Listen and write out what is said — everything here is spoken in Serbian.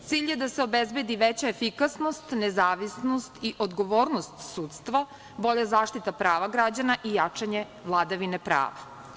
Cilj je da se obezbedi veća efikasnost, nezavisnost i odgovornost sudstva, bolja zaštita prava građana i jačanje vladavine prava.